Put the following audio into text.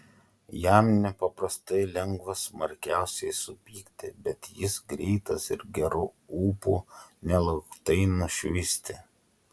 jam nepaprastai lengva smarkiausiai supykti bet jis greitas ir geru ūpu nelauktai nušvisti